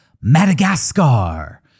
Madagascar